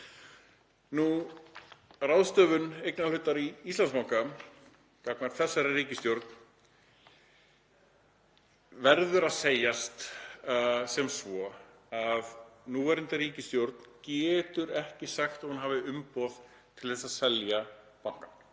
Um ráðstöfun eignarhlutar í Íslandsbanka af þessari ríkisstjórn verður að segjast að núverandi ríkisstjórn getur ekki sagt að hún hafi umboð til þess að selja bankann.